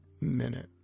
Minute